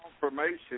confirmation